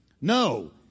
No